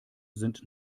sind